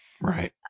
Right